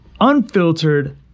unfiltered